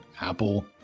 Apple